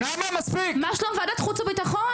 מה שלום ועדת חוץ וביטחון.